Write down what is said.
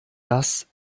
das